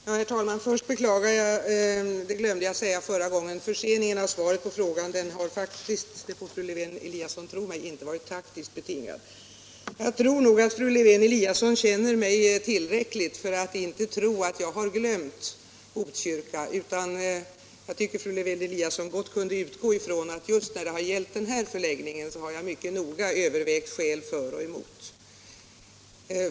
Herr talman! Först beklagar jag — jag glömde att göra det i mitt förra anförande — förseningen av svaret på frågan. Förseningen var inte, fru Lewén-Eliasson får tro mig eller inte, taktiskt betingad. Jag tror att fru Lewén-Eliasson känner mig tillräckligt väl för att inte, tro att jag har glömt Botkyrka, och jag tycker gott att hon kunde utgå ifrån att jag just när det gällde den här förläggningen har mycket noga övervägt skälen för och emot.